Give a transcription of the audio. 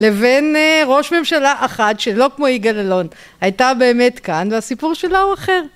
לבין ראש ממשלה אחת שלא כמו יגאל אלון, הייתה באמת כאן והסיפור שלה הוא אחר.